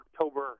October